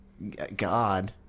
God